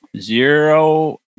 zero